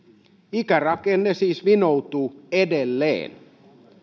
ikärakenne siis vinoutuu edelleen